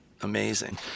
Amazing